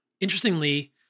interestingly